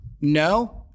No